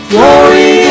Glory